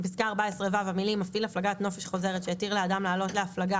בפסקה (14ו) המילים "מפעיל הפלגת נופש חוזרת שהתיר לאדם לעלות להפלגה